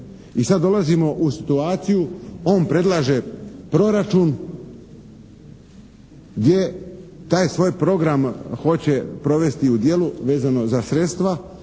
I sada dolazimo u situaciju. On predlaže proračun gdje taj svoj program hoće provesti u djelu vezano za sredstva.